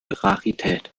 rarität